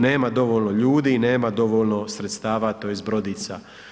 Nema dovoljno ljudi i nema dovoljno sredstava tj. brodica.